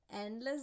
endless